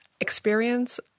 experience